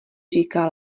říká